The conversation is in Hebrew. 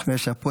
תודה רבה,